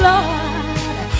Lord